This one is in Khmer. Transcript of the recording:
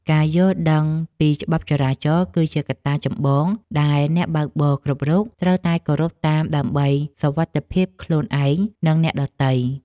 ការយល់ដឹងពីច្បាប់ចរាចរណ៍គឺជាកត្តាចម្បងដែលអ្នកបើកបរគ្រប់រូបត្រូវតែគោរពតាមដើម្បីសុវត្ថិភាពខ្លួនឯងនិងអ្នកដទៃ។